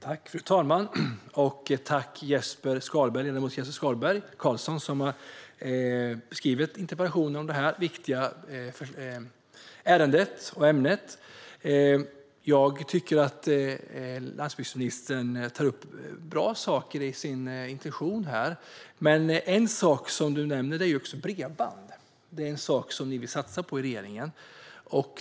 Fru talman! Tack, ledamot Jesper Skalberg Karlsson, som har skrivit interpellationen om detta viktiga ärende och ämne! Jag tycker att landsbygdsministern tar upp bra saker i sin intention. En sak som han nämnde och som regeringen vill satsa på är bredband.